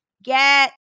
Get